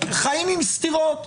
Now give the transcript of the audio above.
חיים עם סתירות.